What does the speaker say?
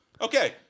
Okay